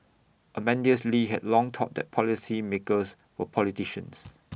Amadeus lee had long thought that policymakers were politicians